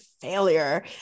failure